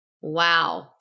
Wow